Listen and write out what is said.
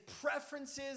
preferences